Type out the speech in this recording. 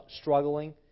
struggling